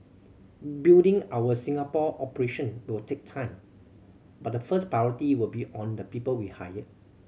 building our Singapore operation will take time but the first priority will be on the people we hire